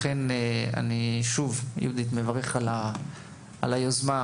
שוב יהודית, אני מברך על היוזמה.